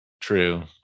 True